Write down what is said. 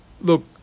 Look